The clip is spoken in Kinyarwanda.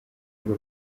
ngo